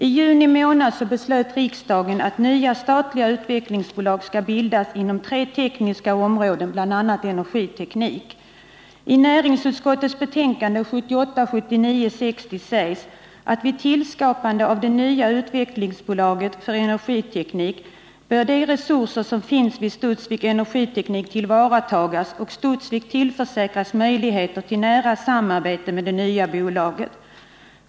I juni månad beslöt riksdagen att nya statliga utvecklingsbolag skall bildas inom tre tekniska områden, bl.a. energiteknik. I näringsutskottets betänkande 1978/79:60 sägs, att vid tillskapandet av det nya utvecklingsbolaget för energiteknik bör de resurser som finns vid Studsvik Energiteknik tillvaratagas och Studsvik tillförsäkras möjligheter till nära samarbete med det nya bolaget.